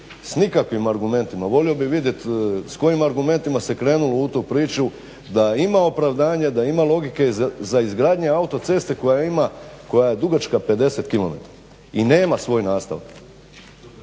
s nikakvim argumentima, volio bih vidjeti s kojim argumentima se krenulo u tu priču da ima opravdanje, da ima logike za izgradnje autoceste koja je dugačka 50km i nema svoj nastavak.